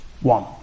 one